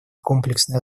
комплексной